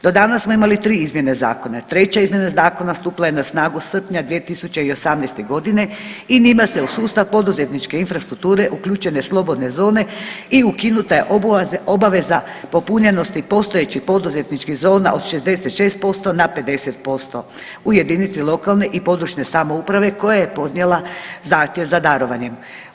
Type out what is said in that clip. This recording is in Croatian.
Do danas smo imali 3 izmjene zakona, treća izmjena zakona stupila je na snagu srpnja 2018.g. i njime se u sustav poduzetničke infrastrukture uključene slobodne zone i ukinuta je obveza popunjenosti postojećih poduzetničkih zona od 66% na 50% u jedinici lokalne i područne samouprave koja je podnijela zahtjev za darovanjem.